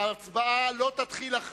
ההצבעה לא תתחיל,